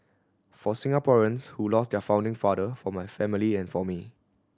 for Singaporeans who lost their founding father for my family and for me